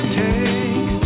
take